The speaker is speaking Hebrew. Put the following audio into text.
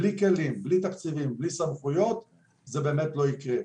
בלי כלים ובלי תקציבים ובלי סמכויות זה באמת לא יקרה,